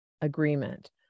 agreement